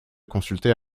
consulter